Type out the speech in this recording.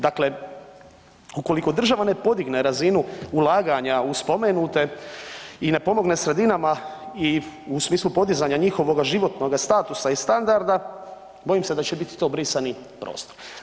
Dakle, ukoliko država ne podigne razinu ulaganja u spomenute i ne pomogne sredinama i u smislu podizanja njihovoga životnoga statusa i standarda bojim se da će biti to brisani prostor.